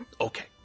Okay